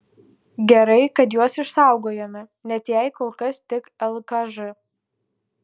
gerai kad juos išsaugojome net jei kol kas tik lkž